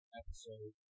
episode